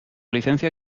licencia